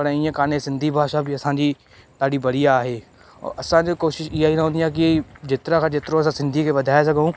पर ईअं कोन्हे सिंधी भाषा बि असांजी ॾाढी बढ़िया आहे और असांजी कोशिशि ईअं ई रहंदी आहे की जेतिरा खां जेतिरो असां सिंधीअ खे वधाए सघूं